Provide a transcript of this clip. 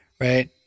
right